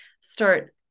start